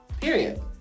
period